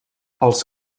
als